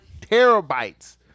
terabytes